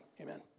amen